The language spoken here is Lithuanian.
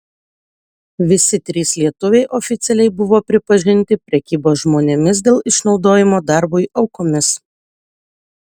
visi trys lietuviai oficialiai buvo pripažinti prekybos žmonėmis dėl išnaudojimo darbui aukomis